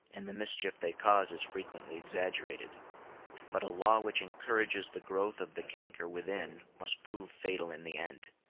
and the mischief they cause is frequently exaggerated but a law which encourages the growth of the canker within must prove fatal in the end,